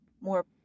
more